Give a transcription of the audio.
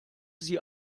sie